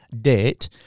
date